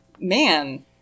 man